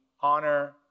honor